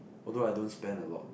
although I don't spend a lot